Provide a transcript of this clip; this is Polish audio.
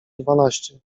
dwanaście